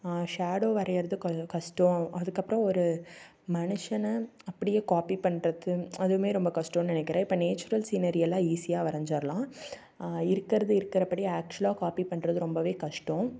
shadow வரையுறது கொஞ்சம் கஷ்டம் அதுக்கப்புறம் ஒரு மனுஷனை அப்படியே காப்பி பண்ணுறது அதுவும் ரொம்ப கஷ்டம்னு நினைக்கிறேன் இப்போ நேச்சுரல் சீனரியலாம் ஈஸியாக வரைஞ்சர்லாம் இருக்கிறது இருக்கிறபடி ஆக்சுவலாக காப்பி பண்ணுறது ரொம்ப கஷ்டம்